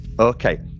Okay